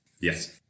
Yes